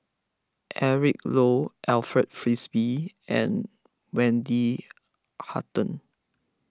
Eric Low Alfred Frisby and Wendy Hutton